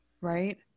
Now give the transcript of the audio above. Right